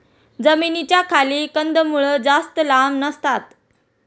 जमिनीच्या खाली कंदमुळं जास्त लांब नसतात